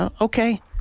Okay